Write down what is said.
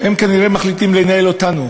הם כנראה מחליטים לנהל אותנו.